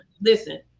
listen